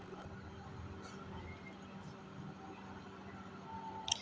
Personal loan ನ ಕಂತು ತಿಂಗಳ ಎಷ್ಟೇ ತಾರೀಕಿನಂದು ಕಟ್ಟಬೇಕಾಗುತ್ತದೆ?